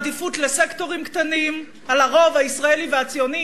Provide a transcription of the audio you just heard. העדיפות לסקטורים קטנים על הרוב הציוני